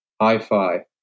hi-fi